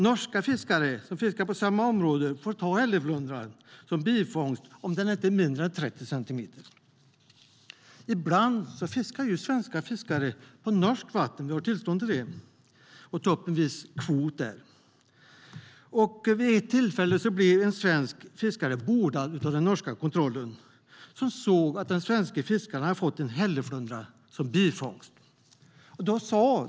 Norska fiskare som fiskar i samma område får ta hälleflundran som bifångst, om den inte är mindre än 30 centimeter. Ibland fiskar svenska fiskare på norskt vatten. Vi har tillstånd att ta upp en viss kvot där. Vid ett tillfälle blev en svensk fiskare bordad av den norska kontrollen som såg att den svenska fiskaren hade fått en hälleflundra som bifångst.